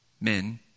men